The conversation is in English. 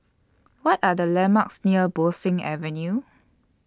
What Are The landmarks near Bo Seng Avenue